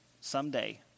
someday